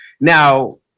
now